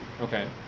Okay